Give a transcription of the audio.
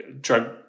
drug